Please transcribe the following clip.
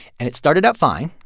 and it started out fine.